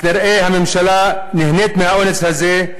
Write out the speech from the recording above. וכנראה הממשלה נהנית מהאונס הזה.